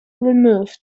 removed